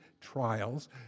trials